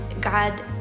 God